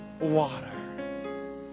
water